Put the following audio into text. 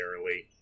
early